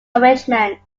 arrangements